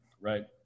right